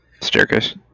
staircase